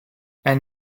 ein